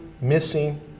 missing